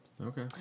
Okay